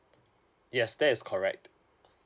yes that is correct